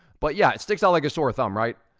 but yeah, it sticks out like a sore thumb, right.